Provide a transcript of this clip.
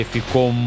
Ficou